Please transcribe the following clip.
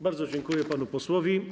Bardzo dziękuję panu posłowi.